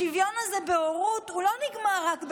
השוויון הזה בהורות לא נגמר רק בנשים.